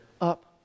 up